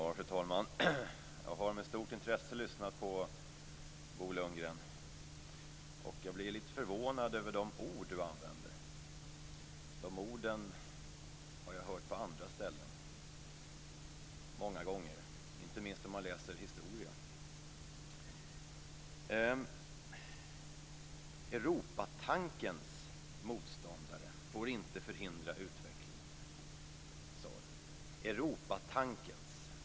Fru talman! Jag har med stort intresse lyssnat på Bo Lundgren, och jag blir lite förvånad över de ord som han använder. De orden har jag hört på andra ställen många gånger, inte minst om man läser historia. Europatankens motståndare får inte förhindra utvecklingen, sade Bo Lundgren.